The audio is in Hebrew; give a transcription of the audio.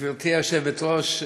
גברתי היושבת-ראש,